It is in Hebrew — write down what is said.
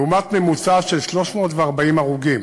לעומת ממוצע של 340 הרוגים